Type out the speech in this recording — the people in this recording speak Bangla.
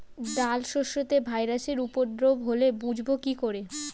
ডাল শস্যতে ভাইরাসের উপদ্রব হলে বুঝবো কি করে?